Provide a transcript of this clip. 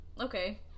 okay